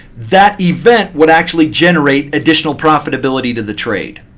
that event would actually generate additional profitability to the trade.